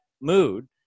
mood